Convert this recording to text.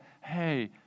hey